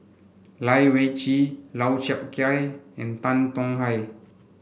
Lai Weijie Lau Chiap Khai and Tan Tong Hye